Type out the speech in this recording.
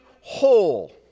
whole